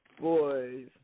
Boys